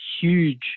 huge